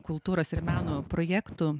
kultūros ir meno projektų